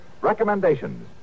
Recommendations